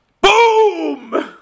Boom